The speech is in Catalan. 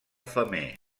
femer